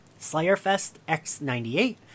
SlayerFestX98